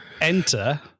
Enter